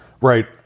right